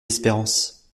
espérance